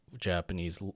Japanese